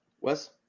Wes